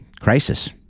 crisis